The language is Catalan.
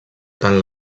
tant